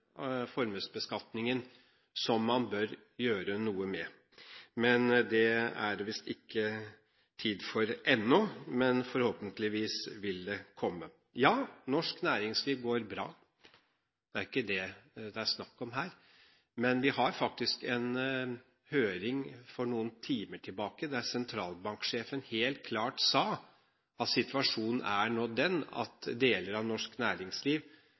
formuesbeskatningen som man bør gjøre noe med. Det er det visst ikke tid for ennå, men forhåpentligvis vil det komme. Norsk næringsliv går bra. Det er ikke det det er snakk om her. Vi hadde faktisk en høring for noen timer siden der sentralbanksjefen helt klart sa at situasjonen nå er den at deler av norsk næringsliv